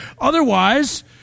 Otherwise